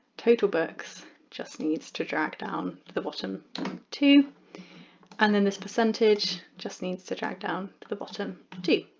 total books just needs to drag down to the bottom too and then this percentage just needs to drag down to the bottom too.